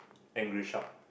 angry shark